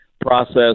process